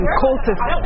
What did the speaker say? cultist